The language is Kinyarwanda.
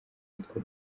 yitwa